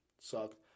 sucked